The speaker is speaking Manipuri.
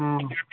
ꯎꯝ